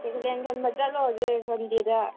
ꯁꯦꯀꯦꯟꯍꯦꯟ ꯈꯟꯕ ꯆꯠꯂꯨꯁꯦ ꯁꯟꯗꯦꯗ